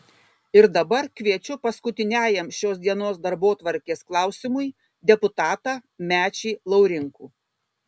ir dabar kviečiu paskutiniajam šios dienos darbotvarkės klausimui deputatą mečį laurinkų